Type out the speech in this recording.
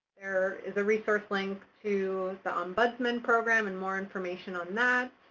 there is a resource link to the ombudsman program and more information on that.